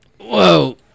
Whoa